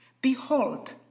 behold